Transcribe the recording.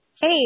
Hey